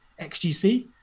XGC